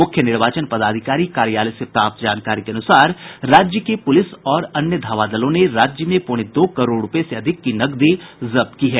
मूख्य निर्वाचन पदाधिकारी कार्यालय से प्राप्त जानकारी के अनुसार राज्य की पुलिस और अन्य धावा दलों ने राज्य में पौने दो करोड रुपये से अधिक की नकदी जब्त की है